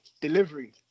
Delivery